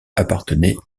appartenait